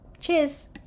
cheers